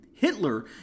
Hitler